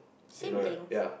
you know right ya